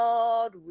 Lord